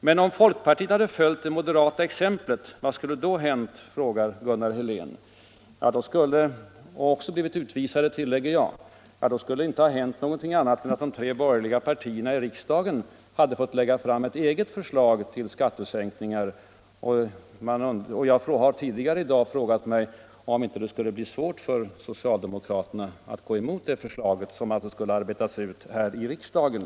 Men om folkpartiet följt det moderata exemplet och blivit utvisade, vad hade då hänt, frågar Gunnar Helén. Då skulle ingenting annat ha hänt än att de tre borgerliga partierna i riksdagen fått lägga fram ett eget förslag till skattesänkningar. Jag har tidigare i dag frågat mig om det inte skulle ha blivit svårt för socialdemokraterna att gå emot ett förslag som hade arbetats fram i riksdagen.